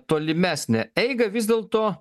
tolimesnę eigą vis dėlto